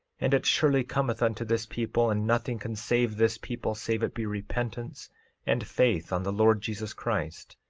and it surely cometh unto this people, and nothing can save this people save it be repentance and faith on the lord jesus christ,